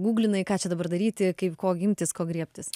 guglinai ką čia dabar daryti kaip ko imtis ko griebtis